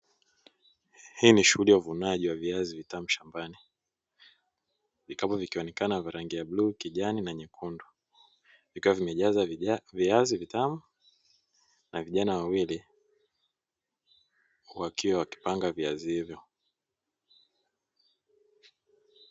Hii ni shunghuli ya uvunaji wa viazi vitamu shambani, vikapu vikionekana vya rangi ya bluu, kijani na nyekundu, vikiwa vimejazwa viazi vitamu , na vijana wawili wakiwa wakipanga viazi hivyo.